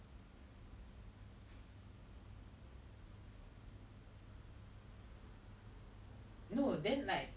you 打造一个 create 属于你自己的东西 cause as much as you say all this shit now right 你还是住在你妈妈的家